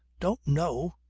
don't know!